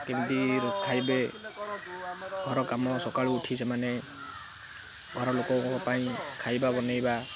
କେମିତି ଖାଇବେ ଘର କାମ ସକାଳୁ ଉଠି ସେମାନେ ଘରଲୋକଙ୍କ ପାଇଁ ଖାଇବା ବନାଇବା